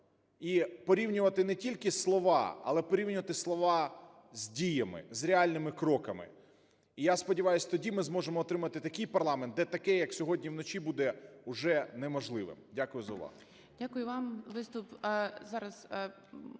і порівнювати не тільки слова, але порівнювати слова з діями, з реальними кроками. Я сподіваюсь, що тоді ми зможемо отримати такий парламент, де таке, як сьогодні вночі, буде уже неможливим. Дякую за увагу.